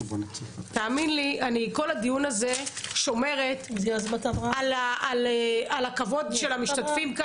כל הדיון הזה אני שומרת על הכבוד של המשתתפים,